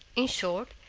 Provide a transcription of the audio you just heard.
in short,